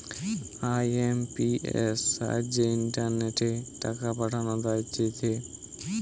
IMPS সাহায্যে ইন্টারনেটে টাকা পাঠানো যাইতেছে